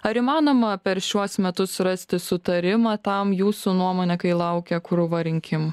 ar įmanoma per šiuos metus surasti sutarimą tam jūsų nuomone kai laukia krūva rinkimų